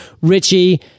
Richie